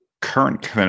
current